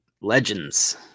legends